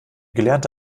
gelernte